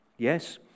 Yes